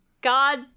God